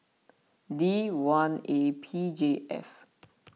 D one A P J F